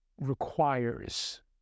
requires